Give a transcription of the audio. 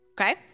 Okay